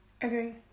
agree